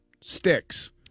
sticks